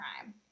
crime